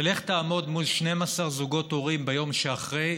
ולך תעמוד מול 12 זוגות הורים ביום שאחרי,